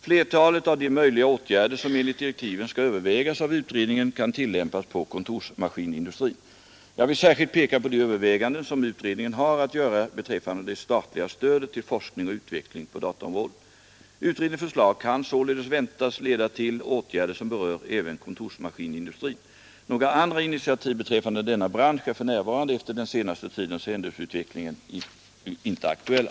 Flertalet av de möjliga åtgärder, som enligt direktiven skall övervägas av utredningen, kan tillämpas på kontorsmaskinindustrin. Jag vill särskilt peka på de överväganden som utredningen har att göra beträffande det statliga stödet till forskning och utveckling på dataområdet. Utredningens förslag kan således väntas leda till åtgärder som berör även kontorsmaskinindustrin. Några andra initiativ beträffande denna bransch är för närvarande — efter den senaste tidens händelseutveckling — inte aktuella.